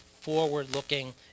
forward-looking